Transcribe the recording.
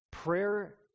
Prayer